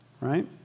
right